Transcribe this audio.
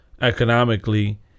economically